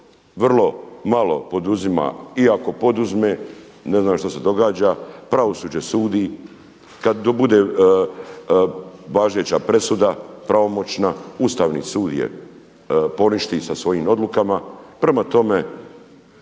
vrlo malo poduzima i ako poduzme ne znam šta se događa, pravosuđe sudi. Kada bude važeća presuda, pravomoćna Ustavni sud je poništi sa svojim odlukama, prema tome,